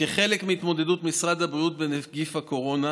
כחלק מהתמודדות משרד הבריאות בנגיף קורונה,